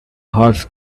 horse